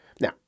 Now